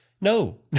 No